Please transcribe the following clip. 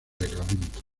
reglamentos